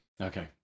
okay